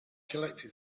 collecting